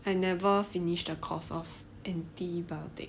I never finish the lor antibiotic